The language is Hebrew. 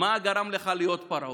מה גרם לך להיות פרעה?